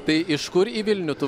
tai iš kur į vilnių tu